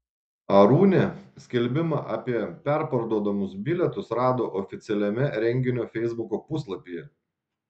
arūnė skelbimą apie perparduodamus bilietus rado oficialiame renginio feisbuko puslapyje